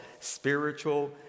spiritual